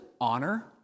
honor